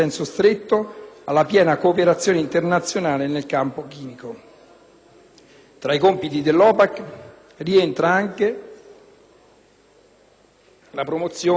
la promozione di una cultura della cooperazione internazionale e dell'aiuto reciproco in tale settore. In conclusione, signora Presidente,